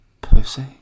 pussy